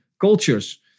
cultures